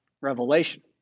Revelation